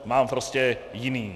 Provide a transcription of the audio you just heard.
Mám prostě jiný.